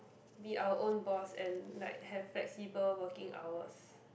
be our own boss and like have flexible working hours